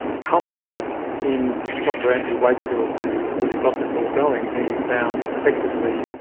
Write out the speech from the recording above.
culminated in dr andrew wakefield, who really got this all going, being found effectively,